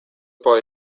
boy